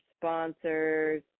sponsors